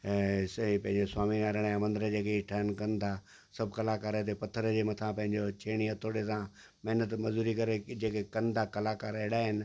ऐं से ई पंहिंजे स्वामी नारायण जा मंदर जेके ठहनि कनि था सभु कलाकार हिते पथर जे मथा पंहिंजो छेड़ी हथौड़े सां महिनत मज़दूरी करे जेके कनि था कलाकार अहिड़ा आहिनि